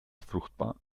fruchtbar